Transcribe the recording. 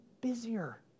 busier